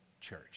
Church